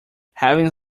having